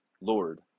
Lord